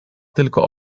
tylko